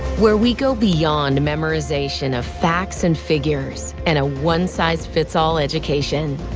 where we go beyond memorization of facts and figures and a one size fits all education.